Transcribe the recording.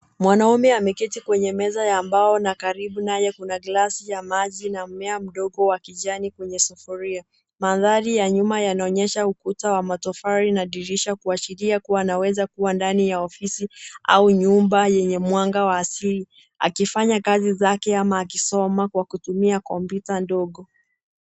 Mwanamume ameketi kwenye meza ya mbao na karibu naye kuna glasi ya maji na mmea mdogo wa kijani kwenye sufuria. Mandhari ya nyuma yanaonyesha ukuta wa matofali na dirisha kuashiria kunaweza kuwa ndani ya ofisi au nyumba yenye mwanga wa asili akifanya kazi zake au akisoma akitumia komputa dongo.